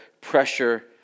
pressure